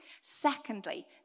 secondly